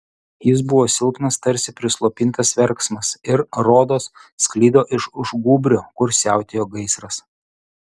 jis buvo silpnas tarsi prislopintas verksmas ir rodos sklido iš už gūbrio kur siautėjo gaisras